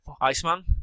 Iceman